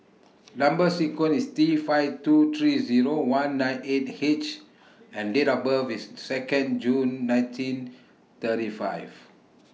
Number sequence IS T five two three Zero one nine eight H and Date of birth IS Second June nineteen thirty five